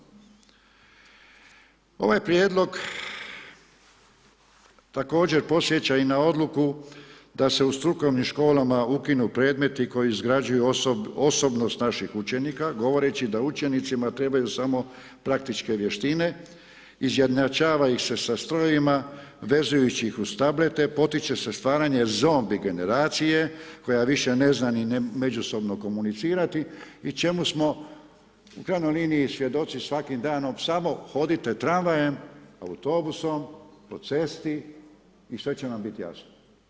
Ovaj prijedlog također podsjeća i na odluku da se u strukovnim školama ukinu predmeti koji izgrađuju osobnost naših učenika govoreći da učenicima trebaju samo praktičke vještine, izjednačava ih se sa strojevima vezujući ih uz tablete, potiče se stvaranje zombi generacije koja više ne zna ni međusobno komunicirati i čemu smo u krajnjoj liniji svjedoci svakim danom, samo hodite tramvajem, autobusom, po cesti i sve će vam biti jasno.